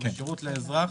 שירות לאזרח.